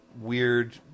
weird